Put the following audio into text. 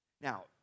Now